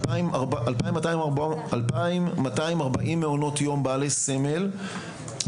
שיש 2,240 מעונות יום בעלי סמל,